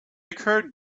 occurred